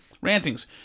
rantings